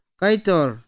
kaitor